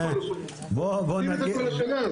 עושים את כל השנה.